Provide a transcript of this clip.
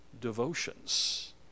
devotions